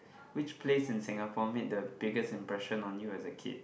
which place in Singapore made the biggest impression on you as a kid